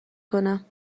کنم